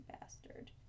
bastard